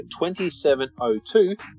2702